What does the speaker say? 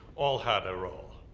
all had a role.